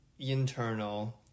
internal